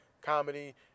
comedy